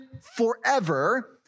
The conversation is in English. forever